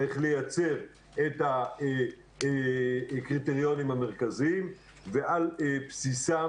צריך לייצר את הקריטריונים המרכזיים ועל בסיסם